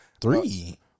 Three